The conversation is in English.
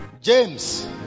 James